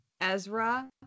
Ezra